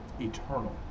eternal